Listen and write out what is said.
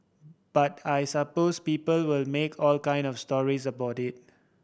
but I suppose people will make all kind of stories about it